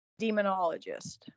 demonologist